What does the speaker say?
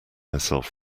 myself